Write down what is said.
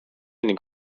ning